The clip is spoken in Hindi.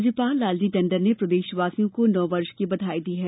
राज्यपाल लालजी टंडन ने प्रदेशवासियों को नववर्ष की बधाई दी है